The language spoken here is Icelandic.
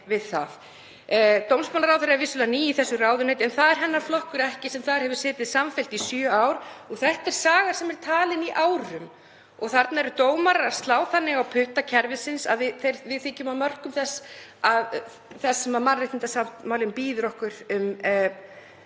Dómsmálaráðherra er vissulega ný í þessu ráðuneyti en það er hennar flokkur ekki, hann hefur setið þar samfellt í sjö ár. Þetta er saga sem er talin í árum og þarna eru dómarar að slá þannig á putta kerfisins að við þykjum á mörkum þess sem mannréttindasáttmálinn býður okkur um